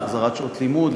להחזרת שעות לימוד,